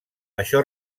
això